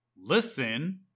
listen